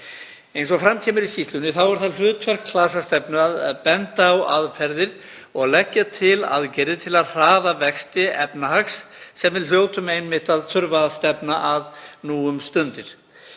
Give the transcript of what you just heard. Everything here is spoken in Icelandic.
Eins og fram kemur í skýrslunni er það hlutverk klasastefnu að benda á aðferðir og leggja til aðgerðir til að hraða vexti efnahags sem við hljótum einmitt að þurfa að stefna að nú um stundir.